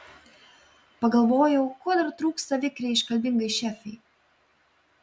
pagalvojau ko dar trūksta vikriai iškalbingai šefei